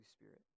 Spirit